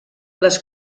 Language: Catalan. les